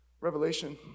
Revelation